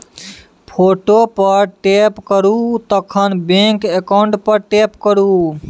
photo पर tap करु तखन बैंक अकाउंट पर टैप करु